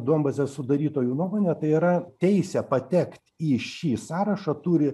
duombazės sudarytojų nuomone tai yra teisę patekt į šį sąrašą turi